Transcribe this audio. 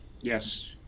Yes